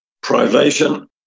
privation